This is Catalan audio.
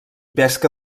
pesca